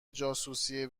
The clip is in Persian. جاسوسی